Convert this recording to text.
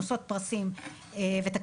נושאות פרסים ותקציבים,